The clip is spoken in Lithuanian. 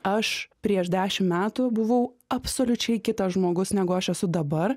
aš prieš dešim metų buvau absoliučiai kitas žmogus negu aš esu dabar